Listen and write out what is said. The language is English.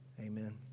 Amen